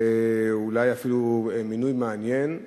אולי אפילו מינוי מעניין,